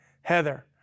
Heather